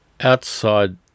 outside